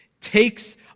takes